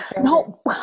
No